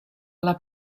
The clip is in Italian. alla